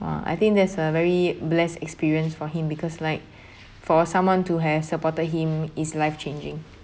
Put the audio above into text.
!wah! I think that's a very blessed experience for him because like for someone to have supported him is life changing